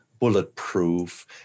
bulletproof